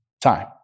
time